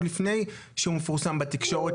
עוד לפני שהוא מפורסם בתקשורת,